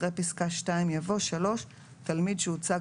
אחרי פסקה (2) יבוא: "(3) תלמיד שהוצג